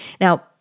Now